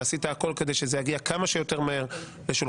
ועשית הכול כדי שזה יגיע כמה שיותר מהר לשולחן